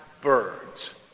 birds